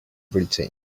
britain